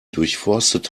durchforstet